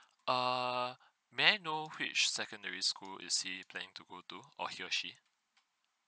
err may I know which secondary school is he planning to go to or he or she